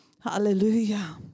Hallelujah